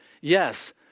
Yes